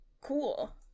cool